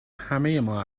همهما